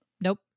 Nope